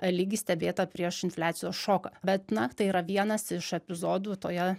lygį stebėtą prieš infliacijos šoką bet na tai yra vienas iš epizodų toje